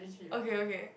okay okay